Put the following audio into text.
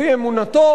לפי אמונתו.